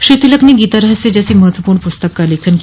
श्री तिलक ने गीता रहस्य जैसी महत्वपूर्ण पुस्तक का लेखन किया